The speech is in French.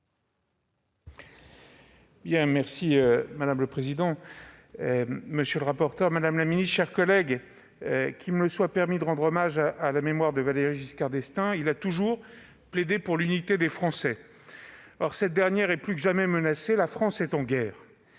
Madame le président, madame la ministre, mes chers collègues, qu'il me soit permis de rendre hommage à la mémoire de Valéry Giscard d'Estaing, qui a toujours plaidé pour l'unité des Français. Or cette dernière est plus que jamais menacée : la France est en guerre,